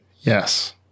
Yes